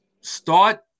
start